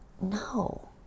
No